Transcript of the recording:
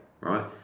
right